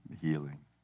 healing